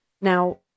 Now